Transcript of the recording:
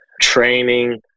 training